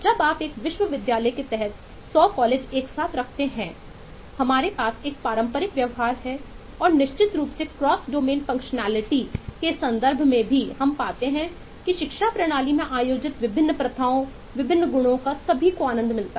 जब आप एक विश्वविद्यालय के तहत 100 कॉलेज एक साथ रखते हैं हमारे पास एक पारंपरिक व्यवहार है और निश्चित रूप से क्रॉस डोमेन कार्यक्षमता के संदर्भ में भी हम पाते हैं कि शिक्षा प्रणाली में आयोजित विभिन्न प्रथाओं विभिन्न गुणों का सभी को आनंद मिलता है